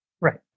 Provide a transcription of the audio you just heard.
Right